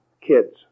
kids